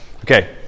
Okay